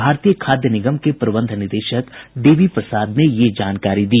भारतीय खाद्य निगम के प्रबंध निदेशक डी वी प्रसाद ने यह जानकारी दी